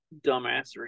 dumbassery